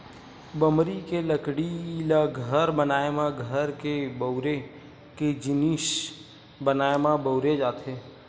बमरी के लकड़ी ल घर बनाए म, घर के बउरे के जिनिस बनाए म बउरे जाथे